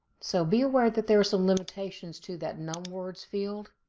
so be aware that there are some limitations to that numwords field.